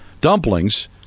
dumplings